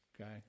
okay